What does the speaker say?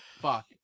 fuck